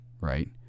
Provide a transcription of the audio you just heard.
right